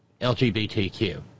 LGBTQ